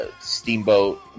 Steamboat